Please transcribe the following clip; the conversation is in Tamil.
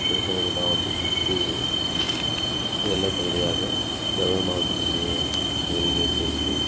கிருஷ்ணகிரி மாவட்டத்திற்கு எல்லைப் பகுதியாக தர்மபுரி மாவட்டத்தினுடைய பகுதிகள் இருக்கிறது